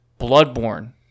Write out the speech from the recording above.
Bloodborne